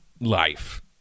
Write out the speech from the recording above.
life